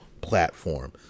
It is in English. platform